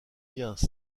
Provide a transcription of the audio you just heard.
leurs